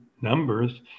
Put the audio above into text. numbers